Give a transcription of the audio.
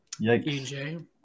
EJ